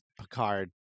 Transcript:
Picard